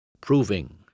proving